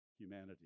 humanity